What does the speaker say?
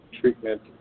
treatment